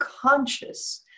conscious